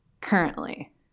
currently